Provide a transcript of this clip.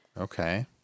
okay